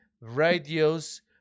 radios